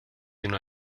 una